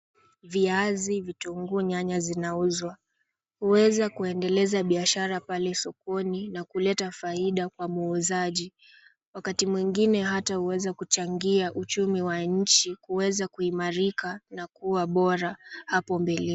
Viazi, vitunguu, nyanya zinauzwa. Huweza kuendeleza biashara pale sokoni na kuleta faida kwa muuzaji. Wakati mwingine huweza hata kuchangia uchumi wa nchi kuweza kuimarika na kuwa bora hapo mbeleni.